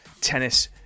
Tennis